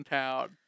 town